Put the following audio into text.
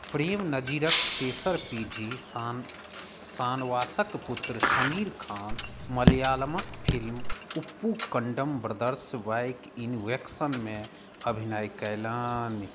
प्रेम नजीरक तेसर पीढ़ी शान शानवासक पुत्र शमीर खान मलयालमक film Uppukandam brothers back in action मे अभिनय कयलनि